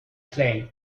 plane